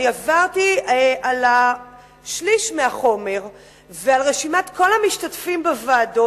אני עברתי על שליש מהחומר ועל רשימת כל המשתתפים בוועדות,